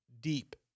deep